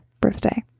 birthday